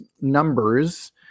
numbers